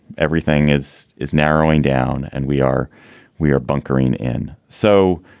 everything is is narrowing down. and we are we are bunkering in. so,